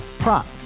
Prop